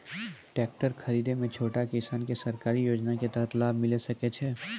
Tractor खरीदै मे छोटो किसान के सरकारी योजना के तहत लाभ मिलै सकै छै?